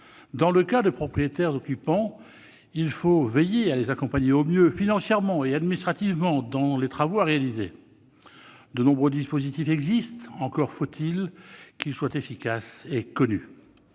Dans le cas de propriétaires occupants, il faut veiller à les accompagner au mieux, financièrement et administrativement, dans les travaux à réaliser. De nombreux dispositifs existent, encore faut-il qu'ils soient efficaces et connus